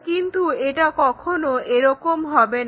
কিন্তু এটা কখনো এরকম হবে না